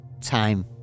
time